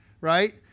Right